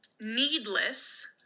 needless